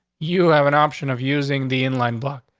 you have an option of using the in line block.